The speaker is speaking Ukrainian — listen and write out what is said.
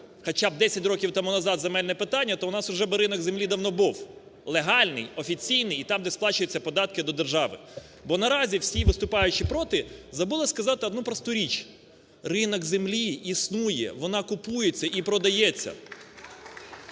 хоча б десять років тому назад земельне питання, то у нас уже би ринок землі давно був – легальний, офіційний, і там, де сплачуються податки до держави. Бо наразі всі виступаючі "проти" забули сказати одну просту річ: ринок землі існує, вона купується і продається.